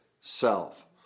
self